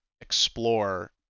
explore